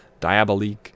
Diabolique